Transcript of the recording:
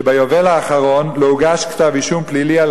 שביובל האחרון לא הוגש כתב אישום פלילי על